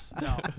No